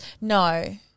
No